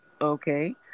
Okay